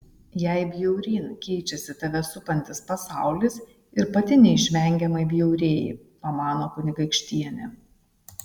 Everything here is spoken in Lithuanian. jei bjauryn keičiasi tave supantis pasaulis ir pati neišvengiamai bjaurėji pamano kunigaikštienė